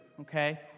Okay